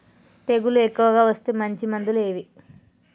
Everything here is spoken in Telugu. తెగులు ఎక్కువగా వస్తే మంచి మందులు ఏవి?